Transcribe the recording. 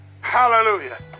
Hallelujah